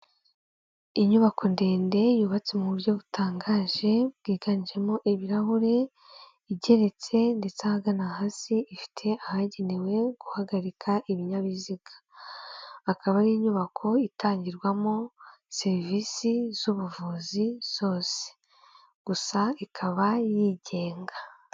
Inyubako ndende yubatse mu buryo butangaje bwiganjemo ibirahure, igeretse ndetse ahagana hasi ifite ahagenewe guhagarika ibinyabiziga, akaba ari inyubako itangirwamo serivisi z'ubuvuzi zose, gusa ikaba yigenga.